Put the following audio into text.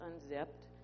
unzipped